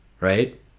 Right